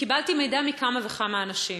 קיבלתי מידע מכמה וכמה אנשים.